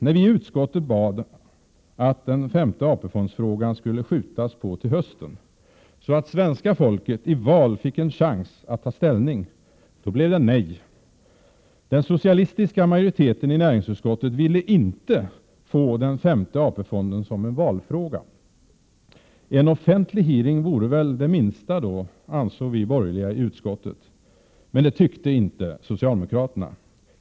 När vi i utskottet bad att man skulle skjuta på frågan om den femte AP-fonden till hösten, så att svenska folket i val skulle få en chans att ta ställning, blev det nej. Den socialistiska majoriteten i näringsutskottet ville inte få den femte AP-fonden som en valfråga. En offentlig hearing vore väl då det minsta, ansåg vi borgerliga i utskottet. Men det tyckte inte socialdemokraterna.